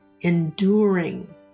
enduring